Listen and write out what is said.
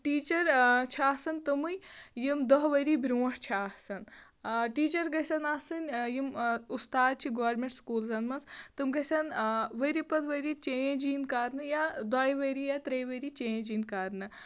teacher چھِ آسان تِمَے یِم دَہ ؤری برٛونٛٹھ چھِ آسان آ ٹیٖچَر گژھَن آسٕنۍ یِم اُستاد چھِ گورمِنٹ سُکوٗلزَن منٛز تِم گژھَن ؤری پَتہٕ ؤری چینج یِن کَرنہٕ یا دۄیہِ ؤری یا ترٛے ؤری چینج یِن کَرنہٕ